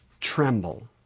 tremble